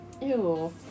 Ew